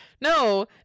No